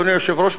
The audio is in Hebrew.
אדוני היושב-ראש,